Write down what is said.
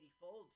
folds